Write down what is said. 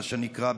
מה שנקרא,